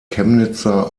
chemnitzer